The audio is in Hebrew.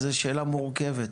זאת שאלה מורכבת.